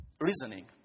reasoning